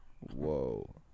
Whoa